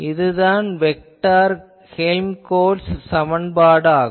இதுதான் vector Helmholtz சமன்பாடு ஆகும்